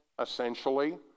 essentially